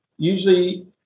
usually